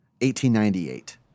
1898